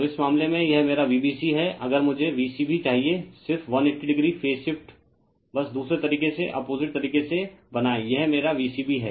तो इस मामले में यह मेरा Vbc है अगर मुझे V c b चाहिए सिर्फ 180o फेज शिफ्ट बस दूसरे तरीके से अपोजिट तरीके से बनाएं यह मेरा V c b है